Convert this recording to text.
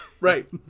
Right